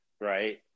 right